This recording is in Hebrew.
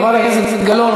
חברת הכנסת גלאון,